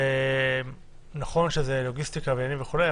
נכון שזו לוגיסטיקה וכולי,